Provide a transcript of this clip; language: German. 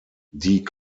die